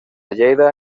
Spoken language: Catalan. lleida